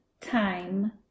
time